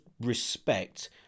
respect